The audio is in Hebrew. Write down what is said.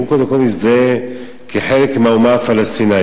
הוא קודם כול מזדהה כחלק מהאומה הפלסטינית.